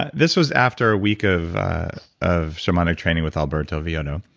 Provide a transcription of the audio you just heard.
this was after a week of of shamanic training with alberto villoldo,